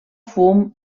fum